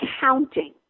counting